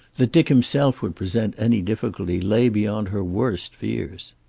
that dick himself would present any difficulty lay beyond her worst fears.